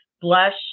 blush